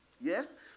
yes